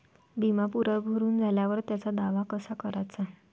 बिमा पुरा भरून झाल्यावर त्याचा दावा कसा कराचा?